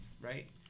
right